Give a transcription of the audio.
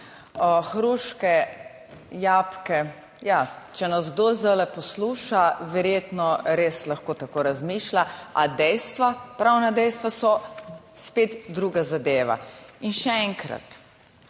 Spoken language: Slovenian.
Hruške, jabke, ja, če nas kdo zdajle posluša, verjetno res lahko tako razmišlja, a dejstva, pravna dejstva so spet druga zadeva. In še enkrat,